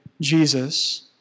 Jesus